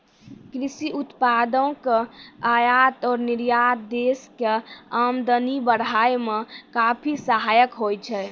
कृषि उत्पादों के आयात और निर्यात देश के आमदनी बढ़ाय मॅ काफी सहायक होय छै